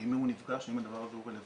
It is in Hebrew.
עם מי הוא נפגש, אם הדבר הזה הוא רלוונטי.